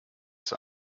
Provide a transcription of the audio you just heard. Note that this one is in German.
zur